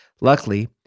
Luckily